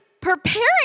preparing